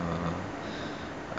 err